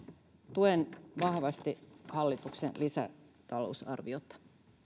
tuen vahvasti hallituksen lisätalousarviota